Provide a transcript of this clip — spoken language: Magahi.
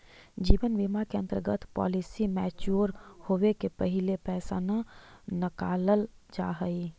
जीवन बीमा के अंतर्गत पॉलिसी मैच्योर होवे के पहिले पैसा न नकालल जाऽ हई